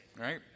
Right